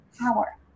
power